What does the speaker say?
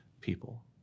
people